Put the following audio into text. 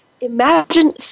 imagine